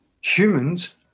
humans